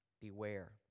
Beware